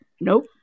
nope